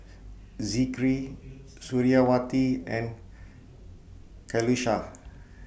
Zikri Suriawati and Qalisha